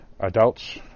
adults